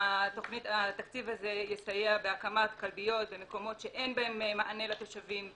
שהתקציב הזה יסייע בהקמת כלביות במקומות שאין בהם מענה לתושבים,